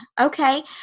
Okay